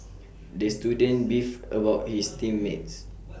the student beefed about his team mates